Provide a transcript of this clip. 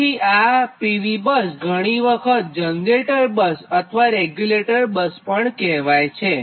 તેથીઆ ઘણીવાર PV bus કે જનરેટર બસ અથવા રેગ્યુલેટર બસ પણ કહેવાય છે